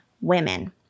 women